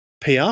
PR